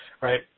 right